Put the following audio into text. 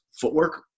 footwork